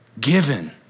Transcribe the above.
given